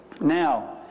Now